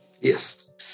Yes